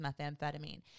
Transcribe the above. methamphetamine